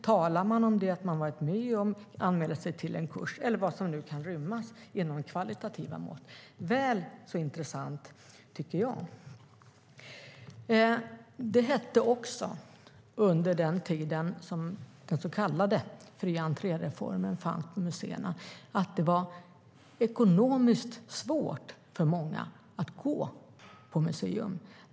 Talar de om vad de har varit med om eller anmäler sig till en kurs - eller vad som nu kan rymmas inom kvalitativa mått? De frågorna är väl så intressanta. Under den tid som den så kallade fri entré-reformen fanns på museerna hette det att det var ekonomiskt svårt för många att gå på museum.